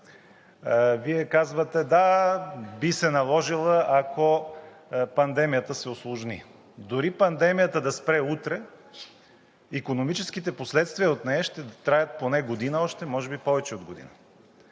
Вие казвате: да, би се наложила, ако пандемията се усложни. Дори пандемията да спре утре, икономическите последствия от нея ще траят поне година още, може би повече от година,